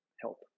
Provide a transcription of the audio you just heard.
help